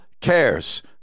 cares